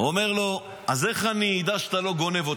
אומר לו: אז איך אני אדע שאתה לא גונב?